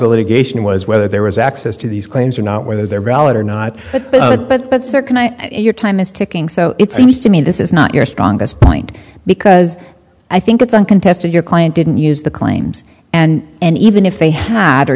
the litigation was whether there was access to these claims or not whether they're valid or not but but but sir can i your time is ticking so it seems to me this is not your strongest point because i think it's uncontested your client didn't use the claims and even if they had or